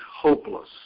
hopeless